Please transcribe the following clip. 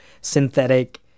synthetic